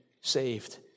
saved